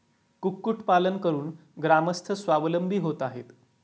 कुक्कुटपालन करून ग्रामस्थ स्वावलंबी होत आहेत